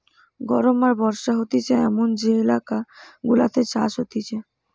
গরম আর বর্ষা হতিছে এমন যে এলাকা গুলাতে চাষ হতিছে